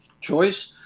choice